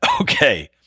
Okay